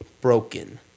broken